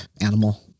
animal